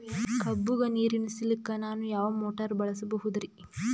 ಕಬ್ಬುಗ ನೀರುಣಿಸಲಕ ನಾನು ಯಾವ ಮೋಟಾರ್ ಬಳಸಬಹುದರಿ?